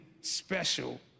special